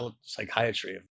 psychiatry